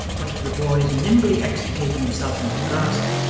but for the boy's nimbly extricating himself from his grasp,